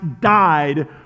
died